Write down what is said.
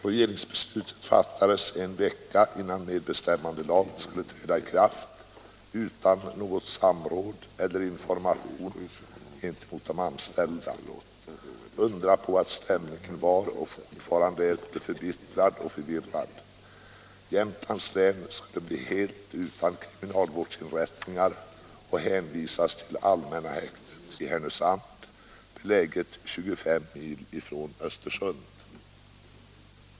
Regeringsbeslutet fattades en vecka innan medbestämmandelagen skulle träda i kraft, utan samråd med eller information till de anställda. Undra på att stämningen var och fortfarande är både förbittrad och förvirrad. Jämtlands län skulle bli helt utan kriminalvårdsinrättningar och de intagna skulle hänvisas till allmänna häktet i Härnösand, beläget 25 mil från Östersund.